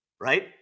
right